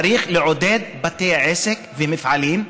צריך לעודד בתי עסק ומפעלים,